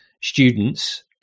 students